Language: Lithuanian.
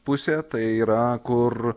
pusė tai yra kur